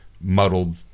muddled